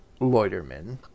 Loiterman